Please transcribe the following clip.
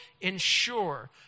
ensure